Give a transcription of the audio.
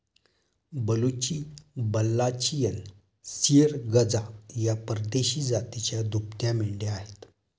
बलुची, बल्लाचियन, सिर्गजा या परदेशी जातीच्या दुभत्या मेंढ्या आहेत